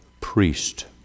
priest